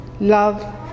love